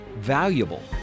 valuable